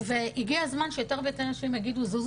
הגיע הזמן שיותר ויותר נשים יגידו: זוזו,